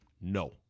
no